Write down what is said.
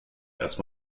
erst